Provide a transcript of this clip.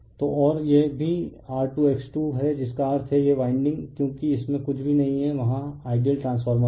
तो और यह भी R2X2 है जिसका अर्थ है यह वाइंडिंग क्योंकि इसमें कुछ भी नहीं है वहाँ आइडियल ट्रांसफार्मर है